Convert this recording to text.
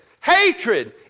hatred